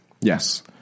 Yes